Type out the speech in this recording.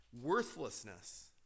worthlessness